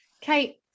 Kate